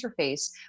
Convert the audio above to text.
interface